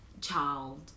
child